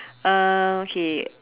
uh okay